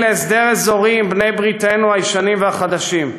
להסדר אזורי עם בעלי-בריתנו הישנים והחדשים,